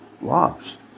lost